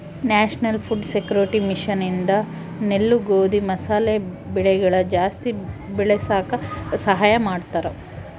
national food security mission ಇಂದ ನೆಲ್ಲು ಗೋಧಿ ಮಸಾಲೆ ಬೆಳೆಗಳನ ಜಾಸ್ತಿ ಬೆಳಸಾಕ ಸಹಾಯ ಮಾಡ್ತಾರ